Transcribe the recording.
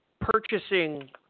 purchasing